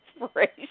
inspiration